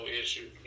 issue